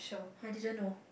I didn't know